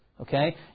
Okay